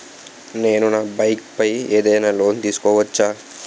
నేను నా బైక్ పై ఏదైనా లోన్ తీసుకోవచ్చా?